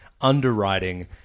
underwriting